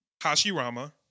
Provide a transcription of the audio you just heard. Hashirama